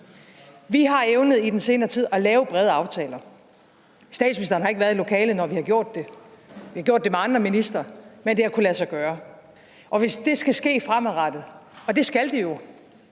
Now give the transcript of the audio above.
Vi har i den senere tid evnet at lave brede aftaler. Statsministeren har ikke været i lokalet, når vi har gjort det – vi har gjort det med andre ministre – men det har kunnet lade sig gøre. Og hvis det skal ske fremadrettet, og det skal det jo,